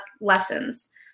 lessons